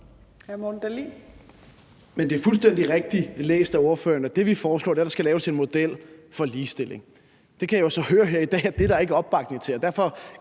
af ordføreren, at det, vi foreslår, er, at der skal laves en model for ligestilling. Det kan jeg jo så høre her i dag at der ikke er opbakning til,